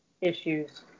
issues